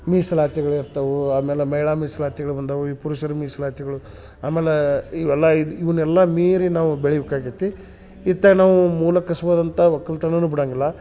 ಮೀಸಲಾತಿಗಳು ಇರ್ತವೂ ಆಮೇಲೆ ಮಹಿಳ ಮೀಸಲಾತಿಗಳು ಬಂದವು ಈ ಪುರುಷರ ಮೀಸಲಾತಿಗಳು ಆಮೇಲೆ ಇವೆಲ್ಲ ಇದು ಇವ್ನೆಲ್ಲ ಮೀರಿ ನಾವು ಬೆಳಿಬೇಕಾಗ್ಯೈತಿ ಇತ್ತಾಗ ನಾವು ಮೂಲ ಕಸುಬಾದಂತ ಒಕ್ಕಲ್ತನನು ಬಿಡಾಂಗಿಲ್ಲ